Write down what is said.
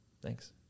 Thanks